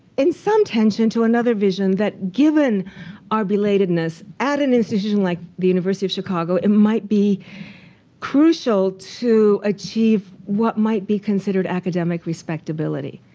in some tension, to another vision. that given our belatedness at an institution like the university of chicago and might be crucial to achieve what might be considered academic respectability.